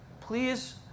please